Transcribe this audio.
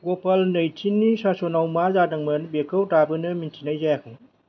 ग'पाल नैथिनि सासनाव मा जादोंमोन बेखौ दाबोनो मिथिनाय जायाखै